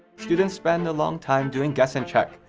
students spend a long time doing guess and check,